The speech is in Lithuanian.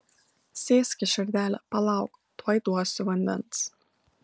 sėskis širdele palauk tuoj duosiu vandens